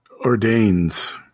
ordains